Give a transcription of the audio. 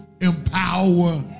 empower